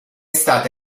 stata